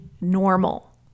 normal